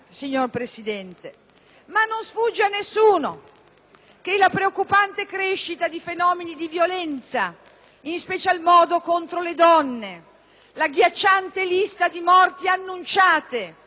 che la preoccupante crescita di fenomeni di violenza, in special modo contro le donne, e l'agghiacciante lista di morti annunciate o di violenze che esplodono imprevedibili